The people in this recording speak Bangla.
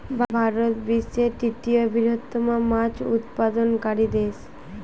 ভারত বিশ্বের তৃতীয় বৃহত্তম মাছ উৎপাদনকারী দেশ